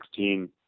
2016